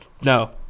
No